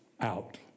out